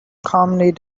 calmly